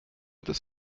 des